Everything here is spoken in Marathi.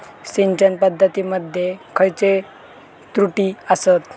सिंचन पद्धती मध्ये खयचे त्रुटी आसत?